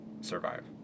survive